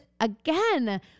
again